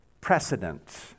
precedent